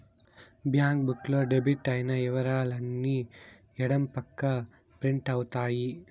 bank book లో debit అయిన ఇవరాలు అన్ని ఎడం పక్క ప్రింట్ అవుతాయి